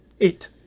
Eight